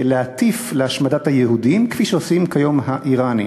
להטיף להשמדת היהודים, כפי שעושים כיום האיראנים.